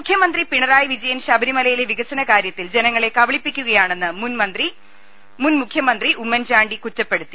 മുഖ്യ മന്ത്രി Pinarayi Vijayan ശബ രി മ ല യി ലെ വികസനകാര്യത്തിൽ ജനങ്ങളെ കബളിപ്പിക്കുകയാണെന്ന് മുൻമു ഖ്യമന്ത്രി ഉമ്മൻചാണ്ടി കുറ്റപ്പെടുത്തി